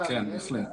כן, בהחלט.